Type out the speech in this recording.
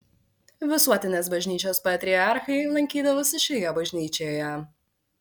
visuotinės bažnyčios patriarchai lankydavosi šioje bažnyčioje